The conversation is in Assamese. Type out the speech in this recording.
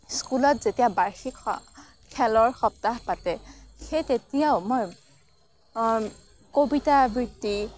স্কুলত যেতিয়া বাৰ্ষিক অ খেলৰ সপ্তাহ পাতে সেই তেতিয়াও মই কবিতা আবৃত্তি